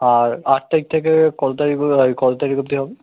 আর আট তারিখ থেকে কত তারিখ অ কত তারিখ অবধি হবে